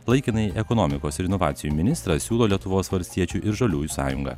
laikinąjį ekonomikos ir inovacijų ministrą siūlo lietuvos valstiečių ir žaliųjų sąjunga